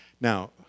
Now